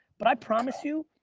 but i promise you,